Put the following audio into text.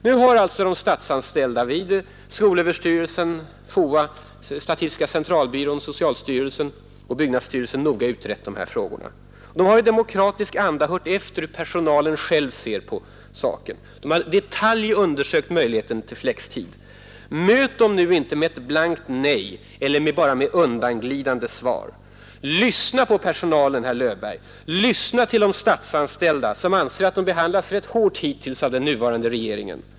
Nu har alltså de statsanställda i skolöverstyrelsen, FOA, statistiska centralbyrån, socialstyrelsen och byggnadsstyrelsen noga utrett dessa frågor. De har i demokratisk anda hört efter hur personalen själv ser på saken. De har i detalj undersökt möjligheten till flextid. Möt dem nu inte med ett blankt nej eller bara med undanglidande svar! Lyssna på personalen, herr Löfberg, lyssna till de statsanställda, som anser att de behandlats rätt hårt hittills av den nuvarande regeringen!